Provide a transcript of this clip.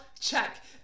Check